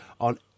on